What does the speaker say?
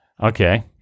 Okay